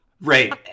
right